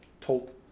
Tolt